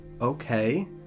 Okay